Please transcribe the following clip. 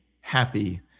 happy